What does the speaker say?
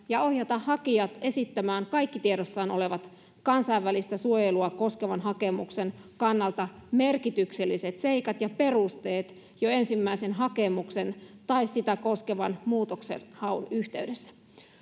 ja ohjata hakijat esittämään kaikki tiedossaan olevat kansainvälistä suojelua koskevan hakemuksen kannalta merkitykselliset seikat ja perusteet jo ensimmäisen hakemuksen tai sitä koskevan muutoksenhaun yhteydessä